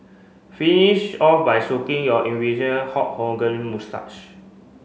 finish off by your Hulk Hogan moustache